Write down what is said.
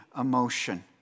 emotion